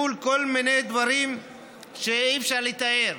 מול כל מיני דברים שאי-אפשר לתאר,